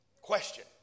Question